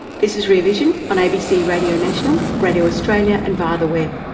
this is rear vision on abc radio national, radio australia and via the web.